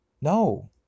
No